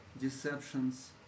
deceptions